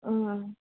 ಹ್ಞೂ